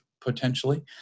potentially